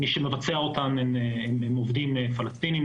מי שמבצע אותם הם עובדים פלסטיניים,